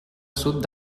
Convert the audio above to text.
sud